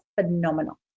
phenomenal